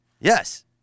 Yes